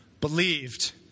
believed